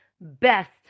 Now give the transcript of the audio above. best